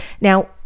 Now